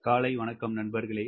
காலை வணக்கம் நண்பர்களே